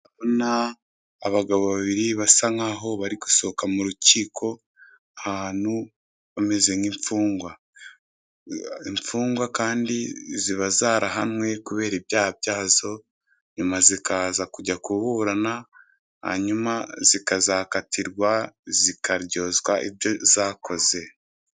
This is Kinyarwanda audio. Ndabona abagabo babiri basa nkaho bari gusoka m'urukiko ahantu bameze nk'imfungwa, infungwa kandi ziba zarahanwe kubera ibyaha byazo nyuma zikaza kujya kuburana hanyuma zikazakatirwa zikaryozwa ibyo zakoze.